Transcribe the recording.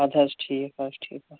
اَدٕ حظ ٹھیٖک حظ چھُ ٹھیٖک حظ چھُ